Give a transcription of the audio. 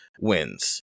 wins